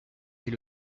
est